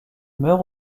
meurt